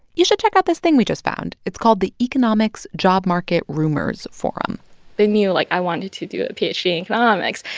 you should check out this thing we just found. it's called the economics job market rumors forum they knew, like, i wanted to do a ph d. in economics.